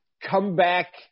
comeback